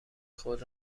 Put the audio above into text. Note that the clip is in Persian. خود